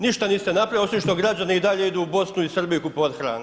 Ništa niste napravili, osim što građani i dalje idu u Bosnu i Srbiju kupovati hranu?